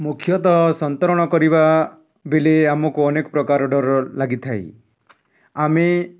ମୁଖ୍ୟତଃ ସନ୍ତରଣ କରିବା ବେଲେ ଆମକୁ ଅନେକ ପ୍ରକାର ଡର ଲାଗିଥାଏ ଆମେ